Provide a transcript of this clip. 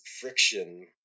friction